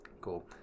Cool